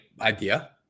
idea